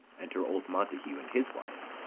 enter old montague and his wife.